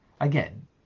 Again